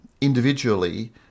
individually